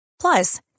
Plus